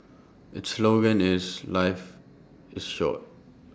its slogan is life is short